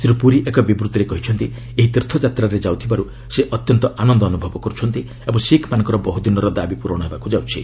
ଶ୍ରୀ ପୁରୀ ଏକ ବିବୃଭିରେ କହିଛନ୍ତି ଏହି ତୀର୍ଥଯାତ୍ରାରେ ଯାଉଥିବାରୁ ସେ ଅତ୍ୟନ୍ତ ଆନନ୍ଦ ଅନୁଭବ କରୁଛନ୍ତି ଏବଂ ଶିଖ୍ମାନଙ୍କର ବହୁଦିନର ଦାବି ପୂରଣ ହେବାକୁ ଯାଉଛି